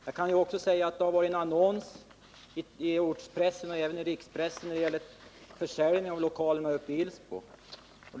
Jag kan också säga att det har stått en annons i pressen — även i rikspressen — om försäljning av industrilokalerna uppe i Ilsbo.